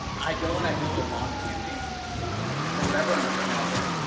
i go and i build a launch campaign for whatever i'm putting out there.